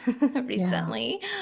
recently